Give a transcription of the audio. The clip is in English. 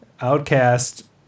Outcast